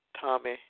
Tommy